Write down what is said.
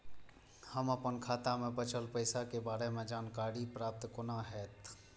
हम अपन खाता में बचल पैसा के बारे में जानकारी प्राप्त केना हैत?